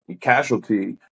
casualty